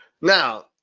Now